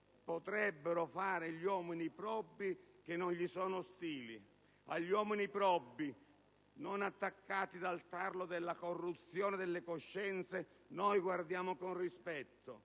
potrebbero fare gli uomini probi che non gli sono ostili. Agli uomini probi, non attaccati dal tarlo della corruzione delle coscienze, noi guardiamo con rispetto;